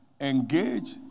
engage